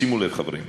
שימו לב, חברים: